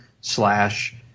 slash